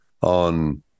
on